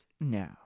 no